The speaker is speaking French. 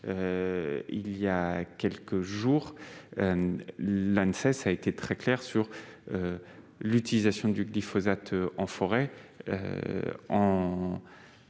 voilà quelques jours, l'Anses a été très claire sur l'utilisation du glyphosate en forêt,